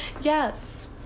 Yes